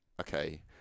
okay